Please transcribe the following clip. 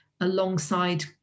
alongside